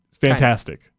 fantastic